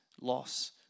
loss